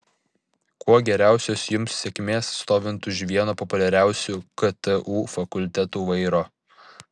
kuo geriausios jums sėkmės stovint už vieno populiariausių ktu fakultetų vairo